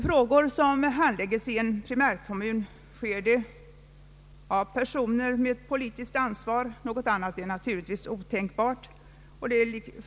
Frågor inom en primärkommun handlägges av personer som har politiskt ansvar — något annat är naturligtvis otänkbart.